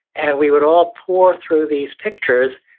and we would all pour through these pictures,